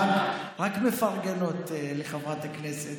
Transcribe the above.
רק מפרגנות לחברת הכנסת.